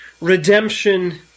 redemption